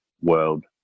world